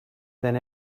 than